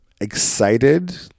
excited